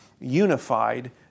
unified